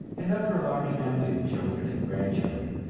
and of her large family of children and grand-children,